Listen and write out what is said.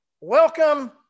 Welcome